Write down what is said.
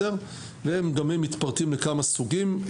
גם הם מתפרקים לכמה סוגים.